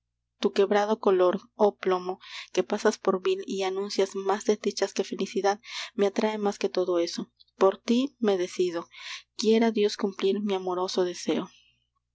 tu quebrado color oh plomo que pasas por vil y anuncias más desdichas que felicidad me atrae más que todo eso por tí me decido quiera dios cumplir mi amoroso deseo